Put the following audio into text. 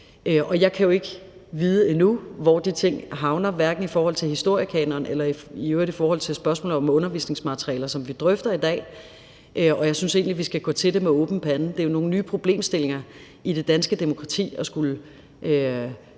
jeg kan jo ikke vide endnu, hvor de ting havner, hverken i forhold til historiekanon eller i øvrigt i forhold til spørgsmålet om undervisningsmaterialer, som vi drøfter i dag, og jeg synes egentlig vi skal gå til det med åben pande. Kl. 10:11 Det er nogle nye problemstillinger i det danske demokrati at skulle